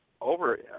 over